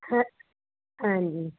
ਹਾਂ ਹਾਂਜੀ